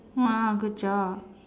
!wah! good job